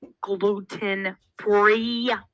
Gluten-free